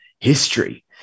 history